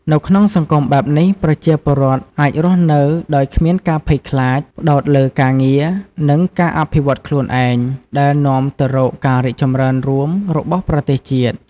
នៅក្នុងសង្គមបែបនេះ ប្រជាពលរដ្ឋអាចរស់នៅដោយគ្មានការភ័យខ្លាច ផ្តោតលើការងារ និងការអភិវឌ្ឍន៍ខ្លួនឯង ដែលនាំទៅរកការរីកចម្រើនរួមរបស់ប្រទេសជាតិ។